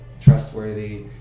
trustworthy